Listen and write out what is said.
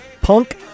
Punk